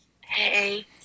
Hey